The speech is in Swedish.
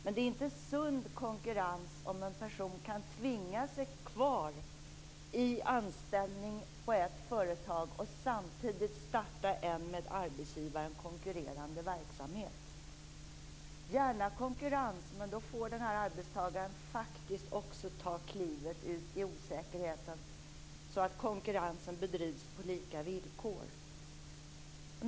Men det är inte sund konkurrens om en person kan tvinga sig kvar i anställning på ett företag och samtidigt starta en med arbetsgivaren konkurrerande verksamhet. Gärna konkurrens - men då får arbetstagaren faktiskt också ta klivet ut i osäkerheten så att konkurrensen bedrivs på lika villkor.